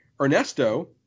Ernesto